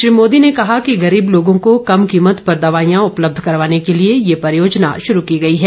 श्री मोदी ने कहा कि गरीब लोगों को कम कीमत पर दवाइयां उपलब्ध करवाने के लिए ये परियोजना शुरू की गई है